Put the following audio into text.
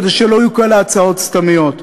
כדי שלא יהיו כאלה הצעות סתמיות.